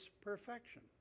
perfection